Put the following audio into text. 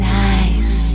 nice